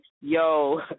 yo